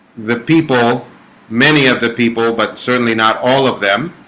the people many of the people, but certainly not all of them